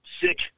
sick